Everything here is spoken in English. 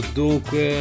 dunque